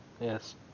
Yes